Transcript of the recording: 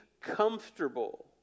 comfortable